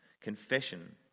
Confession